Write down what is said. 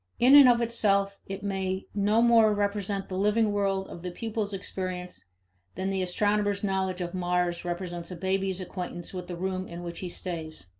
in and of itself, it may no more represent the living world of the pupil's experience than the astronomer's knowledge of mars represents a baby's acquaintance with the room in which he stays.